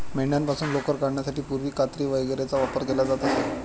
मेंढ्यांपासून लोकर काढण्यासाठी पूर्वी कात्री वगैरेचा वापर केला जात असे